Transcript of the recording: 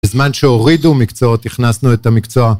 בזמן שהורידו מקצועות, הכנסנו את המקצוע.